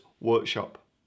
workshop